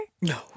No